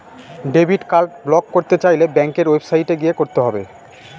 debit card block করতে চাইলে ব্যাঙ্কের ওয়েবসাইটে গিয়ে করতে হবে